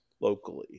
locally